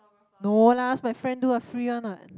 no lah ask my friend do a free one what